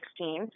2016